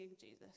Jesus